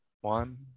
One